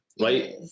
right